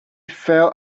fell